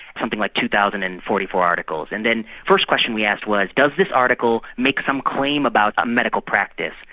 something like two thousand and forty four articles. and the first question we asked was does this article make some claim about a medical practice?